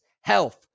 health